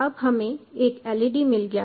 अब हमें एक LED मिल गया है